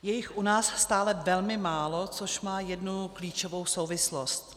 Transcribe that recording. Je jich u nás stále velmi málo, což má jednu klíčovou souvislost.